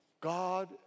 God